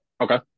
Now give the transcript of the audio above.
Okay